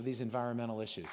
of these environmental issues